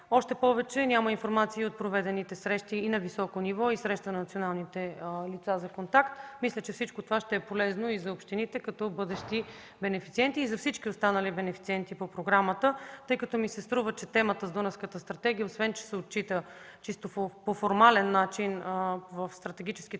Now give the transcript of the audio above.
Още повече, няма информация от проведените срещи и на високо ниво, и среща на националните лица за контакт. Мисля, че всичко това ще е полезно и за общините като бъдещи бенефициенти, и за всички останали бенефициенти по програмата. Струва ми се, че темата с Дунавската стратегия, освен че се отчита по чисто формален начин в стратегическите